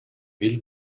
will